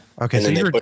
okay